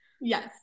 Yes